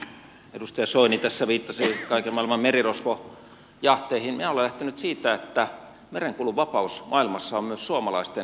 kun edustaja soini tässä viittasi kaiken maailman merirosvojahteihin minä olen lähtenyt siitä että merenkulun vapaus maailmassa on myös suomalaisten intressi